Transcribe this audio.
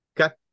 Okay